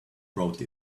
wrote